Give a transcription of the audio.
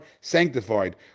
sanctified